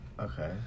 okay